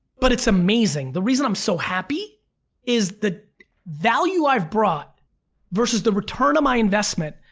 but it's amazing. the reason i'm so happy is the value i've brought versus the return on my investment.